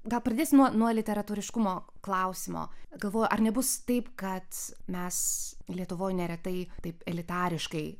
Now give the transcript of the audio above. gal pradėsiu nuo literatūriškumo klausimo galvoju ar nebus taip kad mes lietuvoje neretai taip elitariškai